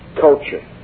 culture